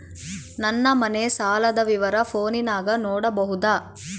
ನನ್ನ ಮನೆ ಸಾಲದ ವಿವರ ಫೋನಿನಾಗ ನೋಡಬೊದ?